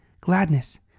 gladness